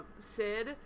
Sid